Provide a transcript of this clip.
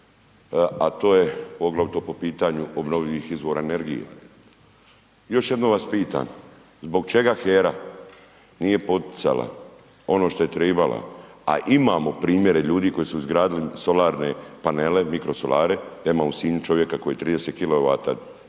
a to je poglavito po pitanju obnovljivih izvora energije. Još jednom vas pitam, zbog čega HERA nije poticala ono što je trebala, a imamo primjere ljudi koji su izgradili solarne panele, mikro solare? Ja imam u Sinju čovjeka koji je 30 kW